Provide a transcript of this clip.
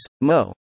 Mo